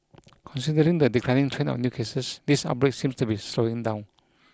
considering the declining trend of new cases this outbreak seems to be slowing down